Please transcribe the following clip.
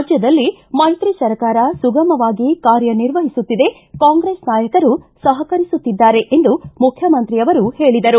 ರಾಜ್ಯದಲ್ಲಿ ಮೈತ್ರಿ ಸರ್ಕಾರ ಸುಗಮವಾಗಿ ಕಾರ್ಯ ನಿರ್ವಹಿಸುತ್ತಿದೆ ಕಾಂಗ್ರೆಸ್ ನಾಯಕರು ಸಹಕರಿಸುತ್ತಿದ್ದಾರೆ ಎಂದು ಮುಖ್ಯಮಂತ್ರಿಯವರು ಹೇಳಿದರು